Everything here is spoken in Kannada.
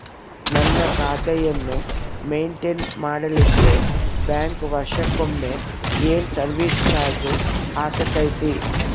ನನ್ನ ಖಾತೆಯನ್ನು ಮೆಂಟೇನ್ ಮಾಡಿಲಿಕ್ಕೆ ಬ್ಯಾಂಕ್ ವರ್ಷಕೊಮ್ಮೆ ಏನು ಸರ್ವೇಸ್ ಚಾರ್ಜು ಹಾಕತೈತಿ?